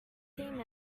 steam